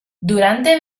durante